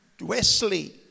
Wesley